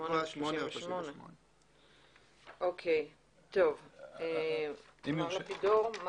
8 או 38. טוב, מר לפידור.